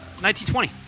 1920